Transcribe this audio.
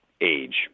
age